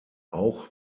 auch